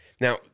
Now